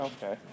Okay